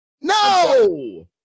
No